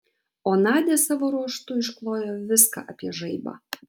o nadia savo ruožtu išklojo viską apie žaibą